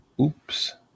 Oops